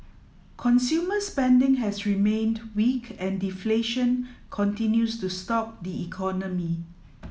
consumer spending has remained weak and deflation continues to stalk the economy